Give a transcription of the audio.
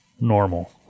normal